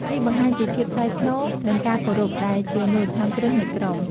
នេះបង្ហាញពីភាពថ្លៃថ្នូរ និងការគោរព ដែលជាមូលដ្ឋានគ្រឹះនៃក្រុម។